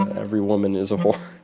every woman is a whore